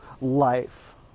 life